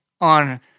on